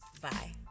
Bye